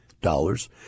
dollars